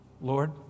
Lord